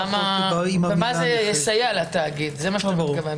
במה זה יסייע לתאגיד, זה מה שאתה מתכוון.